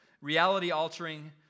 reality-altering